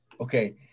okay